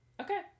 Okay